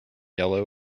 yellow